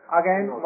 again